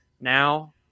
Now